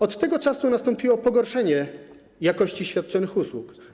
Od tego czasu nastąpiło pogorszenie jakości świadczonych usług.